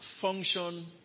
function